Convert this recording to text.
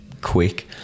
quick